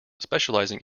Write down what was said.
specialising